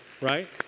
right